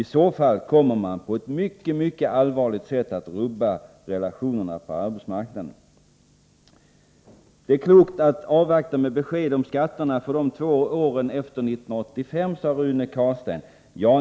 I så fall kommer man att på ett mycket allvarligt sätt rubba relationerna på arbetsmarknaden. Det är klokt att avvakta med besked om skatterna för de två åren efter 1985, sade Rune Carlstein.